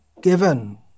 given